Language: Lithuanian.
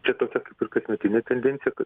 čia tokia kaip ir kasmetinė tendencija kad